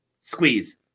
squeeze